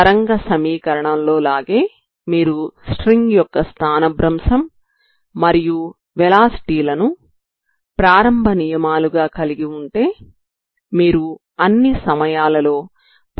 తరంగ సమీకరణం లాగే మీరు స్ట్రింగ్ యొక్క స్థానభ్రంశం మరియు వెలాసిటీ లను ప్రారంభ నియమాలుగా కలిగి ఉంటే మీరు అన్ని సమయాలలో పరిష్కారాలను కనుగొనవచ్చు